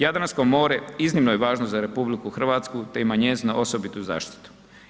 Jadransko more iznimno je važno za RH te ima njezinu osobitu zaštitu.